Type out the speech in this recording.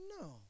No